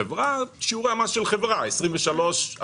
חברה, שיעור המס של חברה, 23, הרגילים.